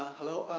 hello,